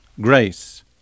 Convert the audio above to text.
grace